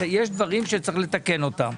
יש דברים שצריך לתקן אותם.